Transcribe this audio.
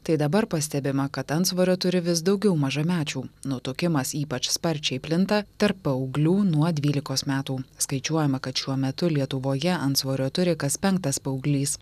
tai dabar pastebima kad antsvorio turi vis daugiau mažamečių nutukimas ypač sparčiai plinta tarp paauglių nuo dvylikos metų skaičiuojama kad šiuo metu lietuvoje antsvorio turi kas penktas paauglys